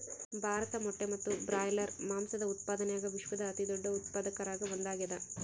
ಭಾರತ ಮೊಟ್ಟೆ ಮತ್ತು ಬ್ರಾಯ್ಲರ್ ಮಾಂಸದ ಉತ್ಪಾದನ್ಯಾಗ ವಿಶ್ವದ ಅತಿದೊಡ್ಡ ಉತ್ಪಾದಕರಾಗ ಒಂದಾಗ್ಯಾದ